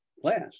class